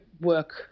work